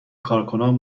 کارکنان